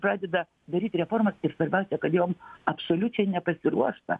pradeda daryt reformas ir svarbiausia kad jom absoliučiai nepasiruošta